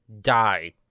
die